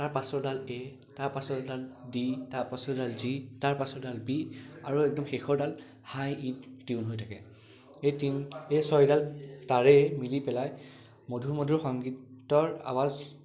তাৰ পাছৰডাল এ' তাৰ পাছৰডাল ডি তাৰ পাছৰডাল জি তাৰ পাছৰডাল বি আৰু একদম শেষৰডাল হাই ইত টিউন হৈ থাকে এই টিউন এই ছয়ডাল তাঁৰেই মিলি পেলাই মধুৰ মধুৰ সংগীতৰ আৱাজ